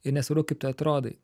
ir nesvarbu kaip tu atrodai